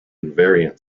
variant